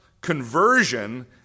conversion